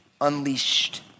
unleashed